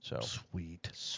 Sweet